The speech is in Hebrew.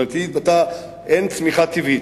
זאת אומרת, אין צמיחה טבעית.